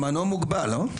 זמנו מוגבל, לא?